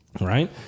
Right